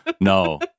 No